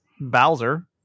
Bowser